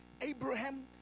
Abraham